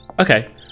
Okay